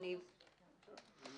אני